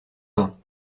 pas